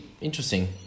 interesting